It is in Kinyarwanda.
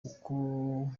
uku